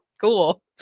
cool